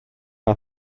mae